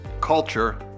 culture